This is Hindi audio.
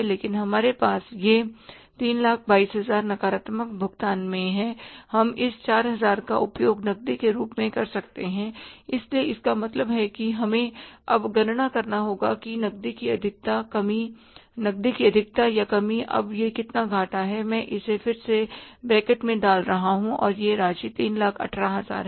लेकिन हमारे पास यह 322000 नकारात्मक भुगतान में है हम इस 4000 का उपयोग नकदी के रूप में कर सकते हैं इसलिए इसका मतलब है कि हमें अब गणना करना होगा कि नकदी की अधिकता कमी नकदी की अधिकता कमी अब यह कितना घाटा है मैं इसे फिर से इसे ब्रैकेट में डाल रहा हूं और यह राशि 318000 है